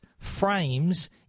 frames